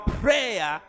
prayer